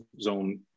zone